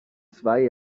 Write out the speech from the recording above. zwei